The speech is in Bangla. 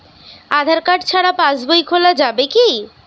আধার কার্ড ছাড়া পাশবই খোলা যাবে কি?